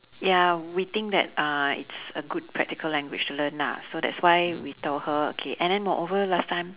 ya we think that uh it's a good practical language to learn lah so that's why we told her and then moreover last time